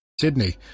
Sydney